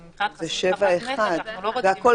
זה הכול